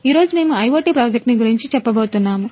ఈ రోజు మేము మీకు IoT ప్రాజెక్ట్ను గురించి చెప్పబోతున్నానుము